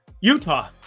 Utah